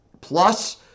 plus